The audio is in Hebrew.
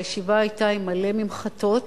הישיבה היתה עם מלא ממחטות